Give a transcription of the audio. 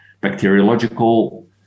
bacteriological